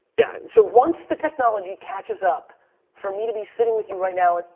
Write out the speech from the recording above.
yeah. so once the technology catches up for me to be sitting with you right now.